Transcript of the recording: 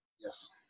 Yes